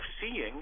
seeing